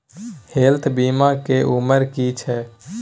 Health बीमा के उमर की छै?